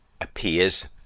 appears